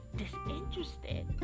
disinterested